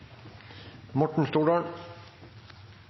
Morten